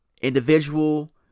individual